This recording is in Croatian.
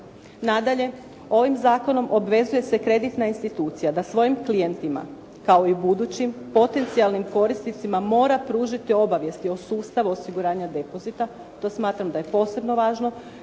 Nadalje, ovim zakonom obvezuje se kreditna institucija da svojim klijentima kao i budućim potencijalnim korisnicima mora pružiti obavijesti o sustavu osiguranja depozita, to smatram da je posebno važno